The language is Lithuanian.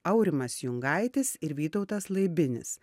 aurimas jungaitis ir vytautas laibinis